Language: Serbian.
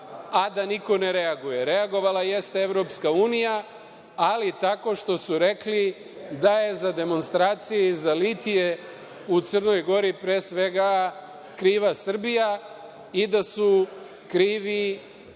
a da niko ne reaguje? Reagovala jeste EU, ali tako što su rekli da je za demonstracije i za litije u Crnoj Gori pre svega kriva Srbija i da su kriva